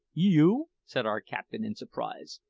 you! said our captain in surprise.